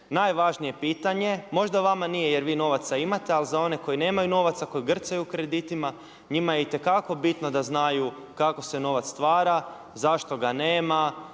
najvažnije pitanje. Možda vama nije jer vi novaca imate ali za one koji nemaju novaca koji grcaju u kreditima njima je itekako bitno da znaju kako se novac stvara, zašto ga nema,